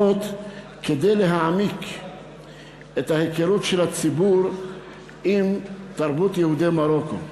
כדי להעמיק את ההיכרות של הציבור עם תרבות יהודי מרוקו.